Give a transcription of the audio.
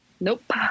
Nope